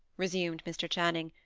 resumed mr. channing,